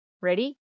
Ready